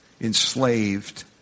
enslaved